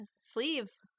sleeves